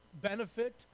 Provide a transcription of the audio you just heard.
benefit